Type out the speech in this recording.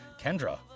Kendra